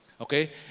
okay